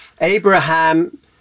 Abraham